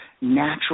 natural